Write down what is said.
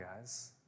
guys